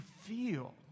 feel